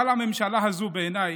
אבל הממשלה הזאת, בעיניי,